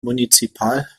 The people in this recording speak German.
municipal